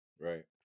Right